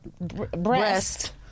breast